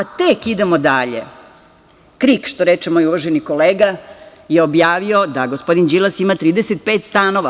Idemo dalje, KRIK, što reče moj uvaženi kolega, je objavio da gospodin Đilas ima 35 stanova.